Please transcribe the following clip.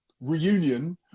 reunion